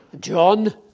John